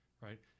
right